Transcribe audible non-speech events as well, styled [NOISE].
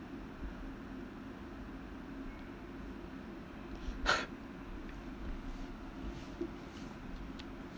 [LAUGHS]